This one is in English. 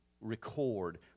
record